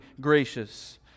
gracious